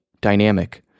dynamic